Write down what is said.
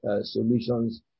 solutions